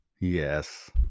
Yes